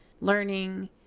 learning